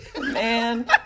Man